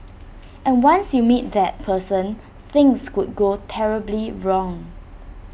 and once you meet that person things could go terribly wrong